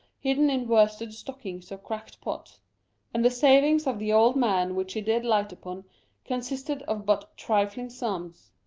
hidden in worsted stockings or cracked pots and the savings of the old man which he did light upon consisted of but trifling sums.